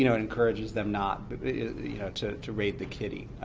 you know and encourages them not you know to to raid the kitty,